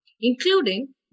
including